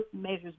measures